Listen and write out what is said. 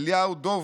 אליהו דובקין,